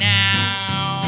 now